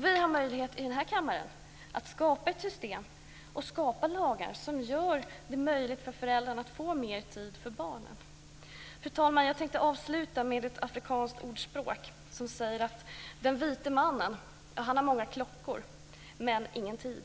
Vi har möjlighet i den här kammaren att skapa ett system och skapa lagar som gör det möjligt för föräldrarna att få mer tid för barnen. Fru talman! Jag tänkte avsluta med ett afrikanskt ordspråk som lyder: Den vite mannen har många klockor men ingen tid.